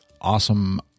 awesome